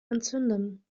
entzünden